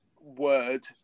word